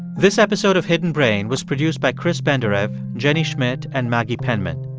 this episode of hidden brain was produced by chris benderev, jenny schmidt and maggie penman.